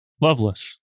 Loveless